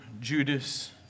Judas